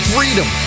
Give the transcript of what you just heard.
Freedom